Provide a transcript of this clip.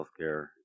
Healthcare